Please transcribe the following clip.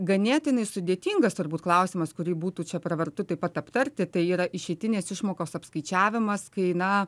ganėtinai sudėtingas turbūt klausimas kurį būtų čia pravartu taip pat aptarti tai yra išeitinės išmokos apskaičiavimas kai na